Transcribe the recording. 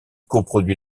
coproduit